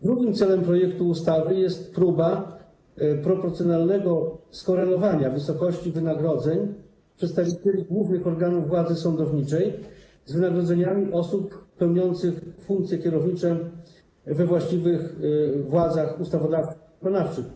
Drugim celem projektowanej ustawy jest proporcjonalne skorelowanie wysokości wynagrodzeń przedstawicieli głównych organów władzy sądowniczej z wynagrodzeniami osób pełniących funkcje kierownicze we właściwych władzach ustawodawczo-wykonawczych.